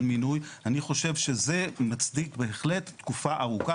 מינוי אני חושב שזה מצדיק בהחלט תקופה ארוכה,